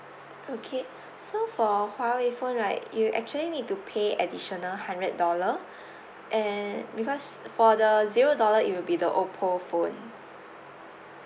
okay so for huawei phone right you actually need to pay additional hundred dollar and because for the zero dollar it will be the oppo phone